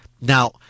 Now